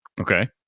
Okay